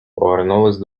повернулись